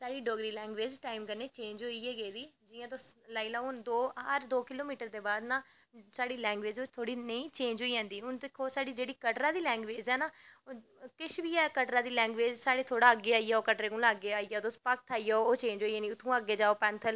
साढ़ी Dogri language time कन्नै change होई गै गेदी जियां तुस लाई लैओ हर दो किलो मीटर दै बाद ना साढ़ी लैंगवेज थोह्ड़ी नेही चेंज होई जंदी दिक्खो जेह्ड़ा साढ़ी कटरा दी लैंगवेज ऐ ना जेह्ड़ी किश बी ऐ अग्गैं आई जाओ थोह्ड़ा कटरे कोला दा अग्गैं आई जाओ पारथै आई जाओ ओह् चेंज होई जानी उत्थां दा अग्गैं जाओ पैंथल